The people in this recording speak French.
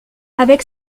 avec